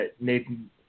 Nathan